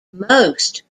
most